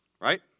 right